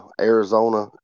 Arizona